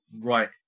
Right